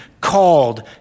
called